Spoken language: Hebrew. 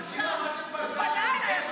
הוא פנה אליי.